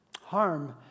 harm